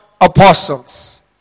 apostles